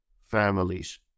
families